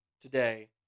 today